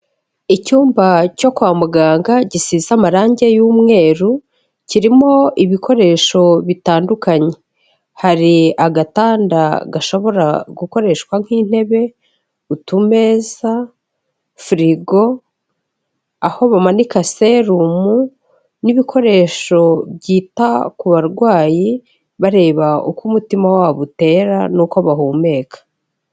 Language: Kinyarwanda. Icyumba cyo kwa muganga gisize amarangi y'umweru kirimo ibikoresho bitandukanye, hari agatanda gashobora gukoreshwa nk'intebe, utumeza, firigo, aho bamanika serumu, n'ibikoresho byita ku barwayi bareba uko umutima wabo utera n'uko bahumeka.